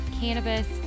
cannabis